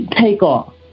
takeoff